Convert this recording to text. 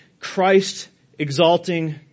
Christ-exalting